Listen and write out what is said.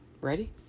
Ready